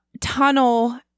Tunnel